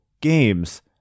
games